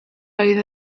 oedd